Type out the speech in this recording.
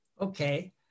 Okay